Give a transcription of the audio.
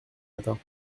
matins